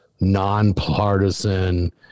nonpartisan